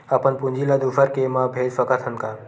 अपन पूंजी ला दुसर के मा भेज सकत हन का?